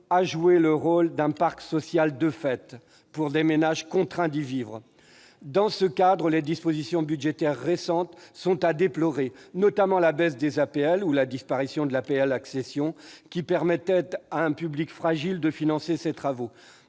à jouer le rôle d'un parc social de fait pour des ménages contraints d'y vivre. Dans ce cadre, les dispositions budgétaires récemment adoptées sont à déplorer, notamment la baisse des APL ou la disparition de l'APL accession, qui permettait à un public fragile de financer des travaux.